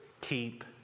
keep